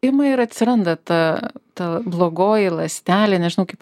ima ir atsiranda ta ta blogoji ląstelė nežinau kaip